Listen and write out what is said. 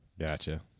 Gotcha